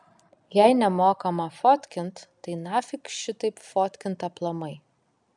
jei nemokama fotkint tai nafik šitaip fotkint aplamai